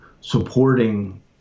supporting